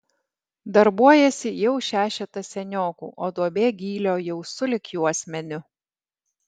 darbuojasi jau šešetas seniokų o duobė gylio jau sulig juosmeniu